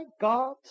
God